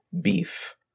beef